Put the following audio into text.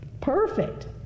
Perfect